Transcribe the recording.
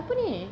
cerita apa ni